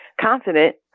confident